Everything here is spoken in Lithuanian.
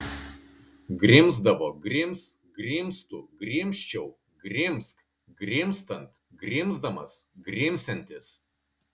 grimzdavo grims grimztų grimzčiau grimzk grimztant grimzdamas grimsiantis